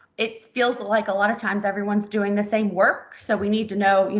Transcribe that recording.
it's feels like a lot of times everyone's doing the same work, so we need to know, you